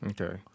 Okay